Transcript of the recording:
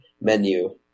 menu